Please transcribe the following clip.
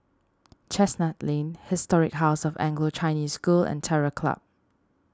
Chestnut Lane Historic House of Anglo Chinese School and Terror Club